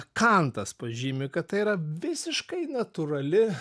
kantas pažymi kad tai yra visiškai natūrali